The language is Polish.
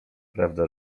prawda